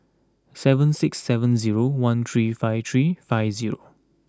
seven six seven zero one three five three five zero